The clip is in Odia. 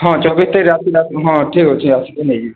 ହଁ ଚବିଶ ତାରିଖ ରାତି ହଁ ଠିକ ଅଛି ଆସିକି ନେଇଯିବେ